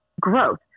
growth